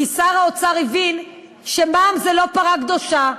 כי שר האוצר הבין שמע"מ זה לא פרה קדושה,